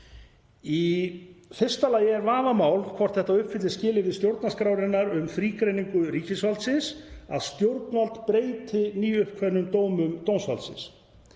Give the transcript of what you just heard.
Í fyrsta lagi er vafamál hvort þetta uppfylli skilyrði stjórnarskrárinnar um þrígreiningu ríkisvaldsins, að stjórnvald breyti nýuppkveðnum dómum dómsvaldsins.